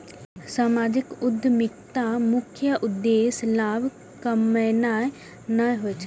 सामाजिक उद्यमिताक मुख्य उद्देश्य लाभ कमेनाय नहि होइ छै